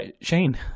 Shane